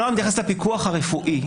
הנוהל מתייחס לפיקוח הרפואי.